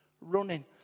running